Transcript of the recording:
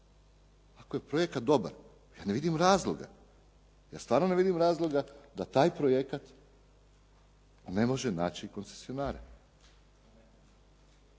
Ako je projekat dobar, ja ne vidim razloga, ja stvarno ne vidim razloga da taj projekt ne može naći koncesionara.